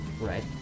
Right